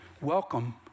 Welcome